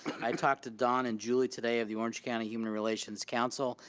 i talked to don and julie today of the orange county human relations council,